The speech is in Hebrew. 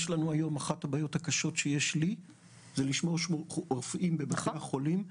אחת הבעיות הקשות שיש לי היום היא לשמור רופאים בבתי החולים,